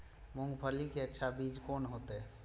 मूंगफली के अच्छा बीज कोन होते?